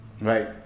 right